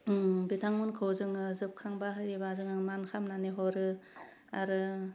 बिथांमोनखौ जोङो जोबखांबा एबा जोङो मान खालामनानै हरो आरो